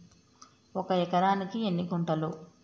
ఒక ఎకరానికి ఎన్ని గుంటలు?